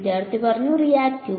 വിദ്യാർത്ഥി റിയാക്ടീവ്